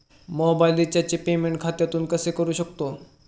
Mobile रिचार्जचे payment खात्यातून कसे करू शकतो?